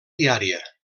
diària